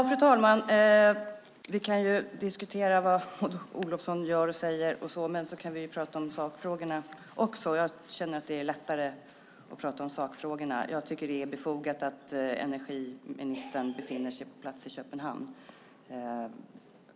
Fru talman! Vi kan diskutera vad Maud Olofsson gör och säger eller också kan vi prata om sakfrågorna. Jag känner att det är lättare att prata om sakfrågorna. Jag tycker att det är befogat att energiministern är på plats i Köpenhamn.